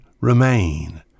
remain